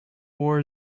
war